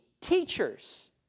teachers